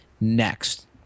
next